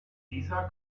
dieser